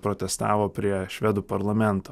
protestavo prie švedų parlamento